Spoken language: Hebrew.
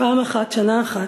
פעם אחת, שנה אחת,